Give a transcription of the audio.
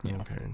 Okay